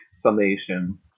summation